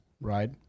right